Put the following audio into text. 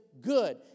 Good